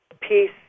peace